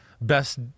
Best